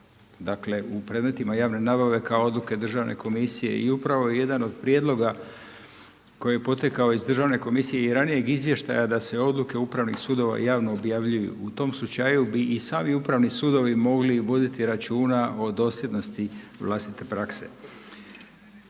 kao u predmetima javne nabave kao odluke državne komisije. I upravo je jedan od prijedloga koji je potekao iz državne komisije i ranijeg izvještaja da se odluke upravnih sudova javno objavljuju. U tom slučaju bi i sami upravni sudovi mogli voditi računa o dosljednosti vlastite prakse.